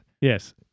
Yes